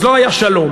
אז לא היה שלום.